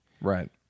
Right